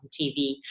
tv